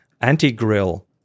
anti-grill